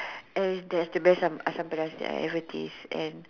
and that's the best Asam-pedas that I've ever taste and